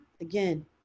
again